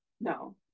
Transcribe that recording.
No